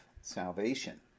salvation